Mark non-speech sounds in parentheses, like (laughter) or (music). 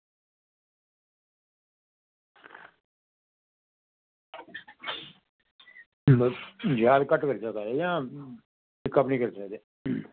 मतलब (unintelligible) घट्ट करी सकदा एह् जां एह् कम्म निं करी सकदे